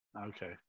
Okay